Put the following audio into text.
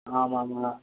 ஆமாம்மா